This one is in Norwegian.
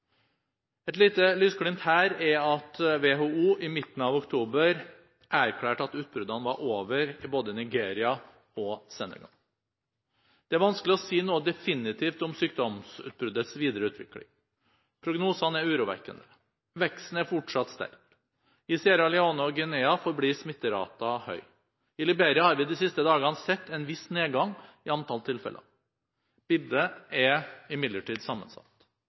Et lite lysglimt her er at WHO i midten av oktober erklærte at utbruddene var over i både Nigeria og Senegal. Det er vanskelig å si noe definitivt om sykdomsutbruddets videre utvikling. Prognosene er urovekkende. Veksten er fortsatt sterk. I Sierra Leone og Guinea forblir smitteraten høy. I Liberia har vi de siste dagene sett en viss nedgang i antallet tilfeller. Bildet er imidlertid sammensatt.